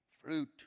fruit